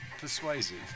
persuasive